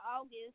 August